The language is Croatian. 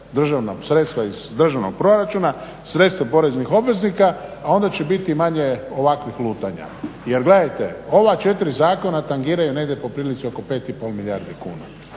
sredstva iz državnog proračuna, sredstva poreznih obveznika, a onda će biti manje ovakvih lutanja. Jer gledajte, ova 4 zakona tangiraju negdje poprilici oko 5,5 milijardi kuna.